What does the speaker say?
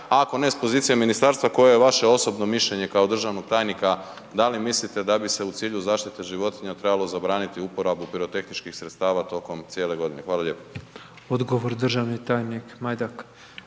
a ako ne, s pozicije ministarstva, koje je vaše osobno mišljenje kao državnog tajnika, da li mislite da bi se u cilju zaštite životinja trebalo zabraniti uporabu pirotehničkih sredstava tokom cijele godine. Hvala lijepo. **Petrov, Božo (MOST)** Odgovor, državni tajnik Majdak.